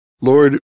Lord